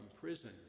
prison